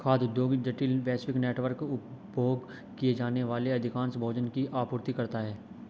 खाद्य उद्योग जटिल, वैश्विक नेटवर्क, उपभोग किए जाने वाले अधिकांश भोजन की आपूर्ति करता है